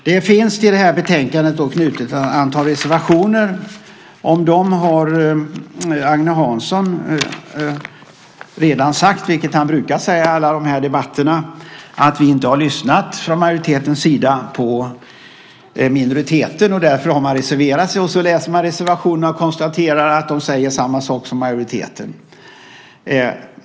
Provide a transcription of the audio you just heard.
Det finns till betänkandet knutet ett antal reservationer. Om dem har Agne Hansson redan sagt, vilket han brukar säga i alla de här debatterna, att vi från majoritetens sida inte har lyssnat på minoriteten, och därför har man reserverat sig. Och så läser man reservationerna och konstaterar att de säger samma sak som majoriteten.